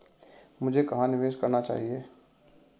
मुझे कहां निवेश करना चाहिए?